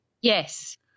Yes